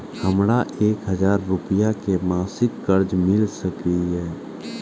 हमरा एक हजार रुपया के मासिक कर्ज मिल सकिय?